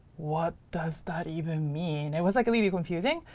what does that even mean? it was like really confusing.